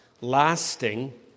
lasting